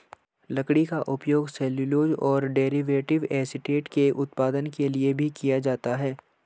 लकड़ी का उपयोग सेल्यूलोज और डेरिवेटिव एसीटेट के उत्पादन के लिए भी किया जाता है